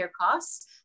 costs